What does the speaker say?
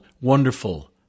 Wonderful